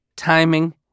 Timing